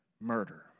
murder